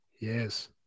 yes